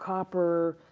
copper,